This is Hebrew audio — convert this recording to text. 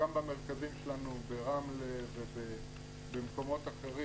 גם במרכזים שלנו ברמלה ובמקומות אחרים